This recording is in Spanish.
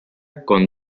con